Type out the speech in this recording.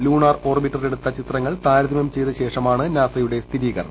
lunar orbiter എടുത്ത ചിത്രങ്ങൾ താരതമ്യം ചെയ്ത ശേഷമാണ് നാസയുടെ സ്ഥിരീകരണം